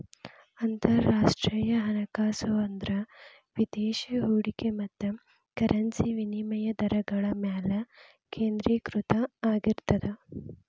ಅಂತರರಾಷ್ಟ್ರೇಯ ಹಣಕಾಸು ಅಂದ್ರ ವಿದೇಶಿ ಹೂಡಿಕೆ ಮತ್ತ ಕರೆನ್ಸಿ ವಿನಿಮಯ ದರಗಳ ಮ್ಯಾಲೆ ಕೇಂದ್ರೇಕೃತ ಆಗಿರ್ತದ